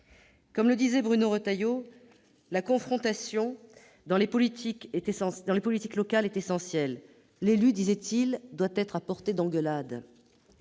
Comme le soulignait Bruno Retailleau, la confrontation dans les politiques locales est essentielle. Selon lui, « l'élu doit être à portée d'engueulade